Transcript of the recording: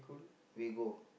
we go